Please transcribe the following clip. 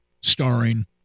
starring